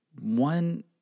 one